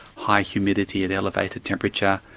high humidity at elevated temperature,